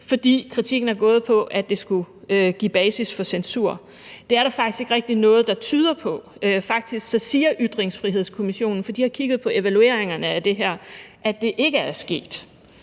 for kritikken er gået på, at det skulle give basis for censur. Der er faktisk ikke rigtig noget, der tyder på det. Faktisk siger ytringsfrihedskommission – for de har kigget på evalueringerne af det her – at det ikke er sket,